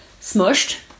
smushed